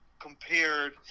compared